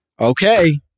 okay